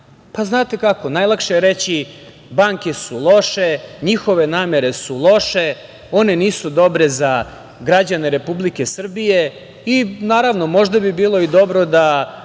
Znate kako, najlakše je reći – banke su loše, njihove nameru su loše, one nisu dobre za građane Republike Srbije i naravno mada bi bilo dobro da